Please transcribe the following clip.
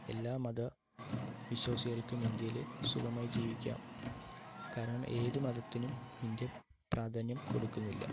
എല്ലാ മതവിശ്വാസികൾക്കും ഇന്ത്യയിൽ സുഖമായി ജീവിക്കാം കാരണം ഏത് മതത്തിനും ഇന്ത്യ പ്രാധാന്യം കൊടുക്കുന്നില്ല